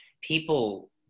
people